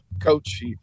Coach